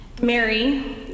Mary